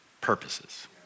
purposes